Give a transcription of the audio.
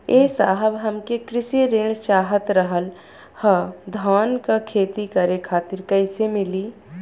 ए साहब हमके कृषि ऋण चाहत रहल ह धान क खेती करे खातिर कईसे मीली?